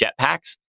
jetpacks